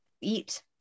eat